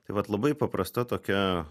tai vat labai paprasta tokia